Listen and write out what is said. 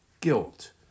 guilt